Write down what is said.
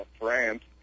France